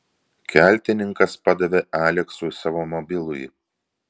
keltininkas padavė aleksiui savo mobilųjį